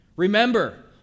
Remember